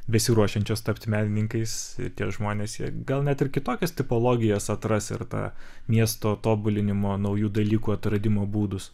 besiruošiančios tapti menininkais ir tie žmonės jie gal net ir kitokias tipologijas atras ir tą miesto tobulinimo naujų dalykų atradimo būdus